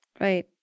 Right